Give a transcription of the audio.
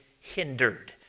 hindered